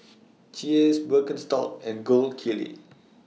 Cheers Birkenstock and Gold Kili